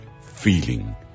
feeling